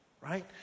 Right